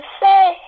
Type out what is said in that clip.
say